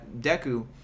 Deku